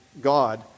God